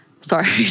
Sorry